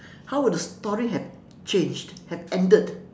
how will the story have changed have ended